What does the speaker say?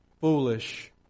foolish